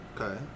okay